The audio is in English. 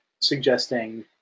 suggesting